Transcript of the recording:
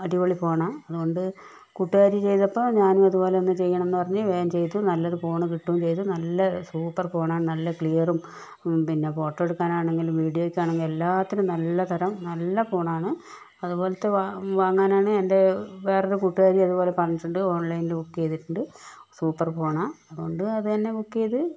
അടിപൊളി ഫോണാണ് അതുകൊണ്ട് കൂട്ടുകാരി ചെയ്തപ്പം ഞാനും അതുപോലെ ഒന്ന് ചെയ്യണമെന്ന് പറഞ്ഞ് വേഗം ചെയ്തു നല്ലൊരു ഫോൺ കിട്ടുകയും ചെയ്തു നല്ല സൂപ്പർ ഫോണാണ് നല്ല ക്ലിയറും പിന്നെ ഫോട്ടോ എടുക്കാനാണെങ്കിലും വീഡിയോയ്ക്കാണെങ്കിലും എല്ലാത്തിനും നല്ല തരം നല്ല ഫോണാണ് അതുപോലത്തെ വാ വാങ്ങാനാണ് എൻ്റെ വേറൊരു കൂട്ടുകാരി അതുപോലെ പറഞ്ഞിട്ടുണ്ട് ഓൺലൈനിൽ ബുക്ക് ചെയ്തിട്ടുണ്ട് സൂപ്പർ ഫോണാണ് അതുകൊണ്ട് അത് തന്നെ ബുക്ക് ചെയ്ത്